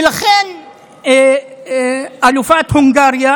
ולכן אלופת הונגריה